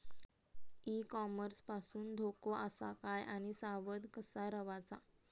E commerce पासून धोको आसा काय आणि सावध कसा रवाचा?